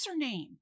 username